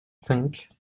cinq